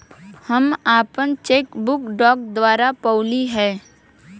हम आपन cheque book डाक द्वारा पउली है